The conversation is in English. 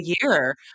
year